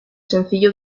sencillo